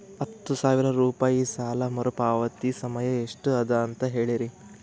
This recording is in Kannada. ಹತ್ತು ಸಾವಿರ ರೂಪಾಯಿ ಸಾಲ ಮರುಪಾವತಿ ಸಮಯ ಎಷ್ಟ ಅದ ಅಂತ ಹೇಳರಿ?